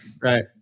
Right